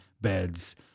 beds